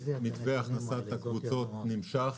מתווה הכנסת הקבוצות נמשך.